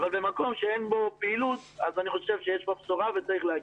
אבל במקום שאין בו פעילות אני חושב שזאת בשורה וצריך להוקיר.